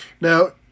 Now